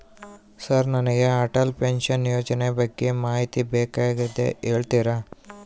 Sir ನನಗೆ Atal pension ಯೋಜನೆ ಬಗ್ಗೆ ಮಾಹಿತಿ ಬೇಕಾಗ್ಯದ ಹೇಳ್ತೇರಾ?